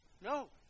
No